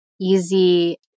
easy